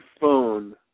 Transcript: phone